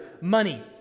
money